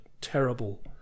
terrible